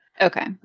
okay